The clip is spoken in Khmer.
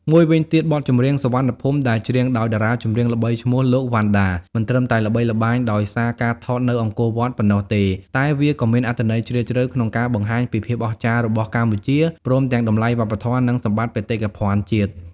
មួយវិញទៀតបទចម្រៀង "សុវណ្ណភូមិ " ដែលច្រៀងដោយតារាចម្រៀងល្បីឈ្មោះលោក វណ្ណដា មិនត្រឹមតែល្បីល្បាញដោយសារការថតនៅអង្គរវត្តប៉ុណ្ណោះទេ តែវាក៏មានអត្ថន័យជ្រាលជ្រៅក្នុងការបង្ហាញពីភាពអស្ចារ្យរបស់កម្ពុជា ព្រមទាំងតម្លៃវប្បធម៌ និងសម្បត្តិបេតិកភណ្ឌជាតិ។